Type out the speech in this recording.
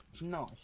Nice